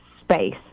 space